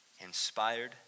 inspired